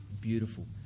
beautiful